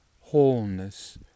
wholeness